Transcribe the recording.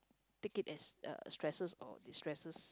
take it as uh stresses or destresses